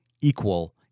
equal